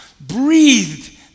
breathed